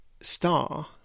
star